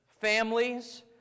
families